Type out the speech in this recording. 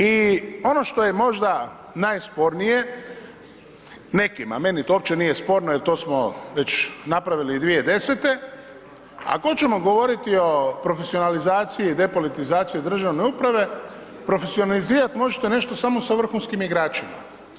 I ono što je možda najspornije nekima, meni to uopće nije sporno, jel to smo već napravili 2010., ako ćemo govoriti o profesionalizaciji i depolitizaciji državne uprave, profesionalizirat možete nešto samo sa vrhunskim igračima.